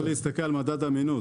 אתם צריכים להסתכל על מדד אמינות,